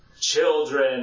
Children